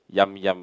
yum yum